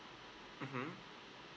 mmhmm